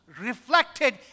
reflected